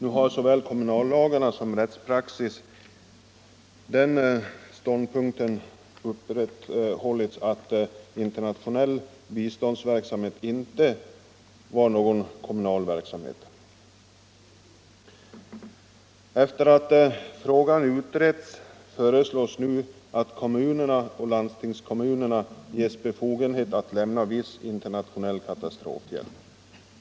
I såväl kommunallagarna som rättspraxis har den ståndpunkten upprätthållits att internationell biståndsverksamhet inte varit någon kommunal angelägenhet. Efter det att frågan utretts föreslås nu att kommunerna och landstingskommunerna ges befogenhet att lämna viss internationell katastrofhjälp.